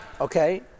Okay